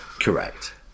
Correct